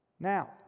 Now